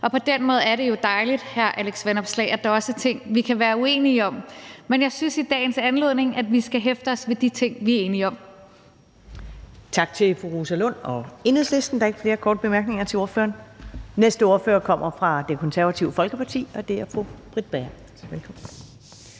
og på den måde er det jo dejligt, hr. Alex Vanopslagh, at der også er ting, vi kan være uenige om. Men jeg synes, at vi i dagens anledning skal hæfte os ved de ting, vi er enige om.